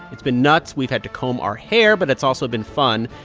it's been nuts. we've had to comb our hair. but it's also been fun.